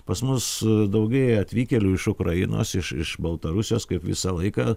pas mus daugėja atvykėlių iš ukrainos iš iš baltarusijos kaip visą laiką